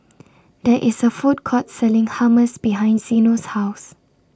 There IS A Food Court Selling Hummus behind Zeno's House